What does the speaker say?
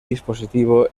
dispositivo